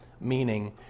Meaning